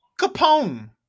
Capone